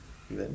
well